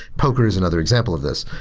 poker is another example of this.